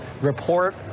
report